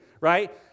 right